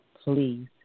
Please